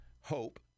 hope